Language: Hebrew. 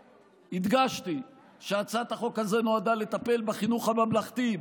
והדגשתי שהצעת החוק הזו נועדה לטפל בחינוך הממלכתי,